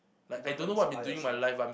you don't even inspire yourself